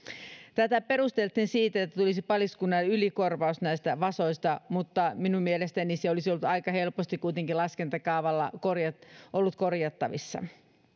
tätä perusteltiin sillä että tulisi paliskunnalle ylikorvaus näistä vasoista mutta minun mielestäni se olisi kuitenkin ollut aika helposti laskentakaavalla korjattavissa